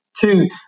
Two